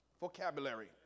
vocabulary